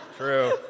True